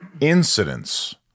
incidents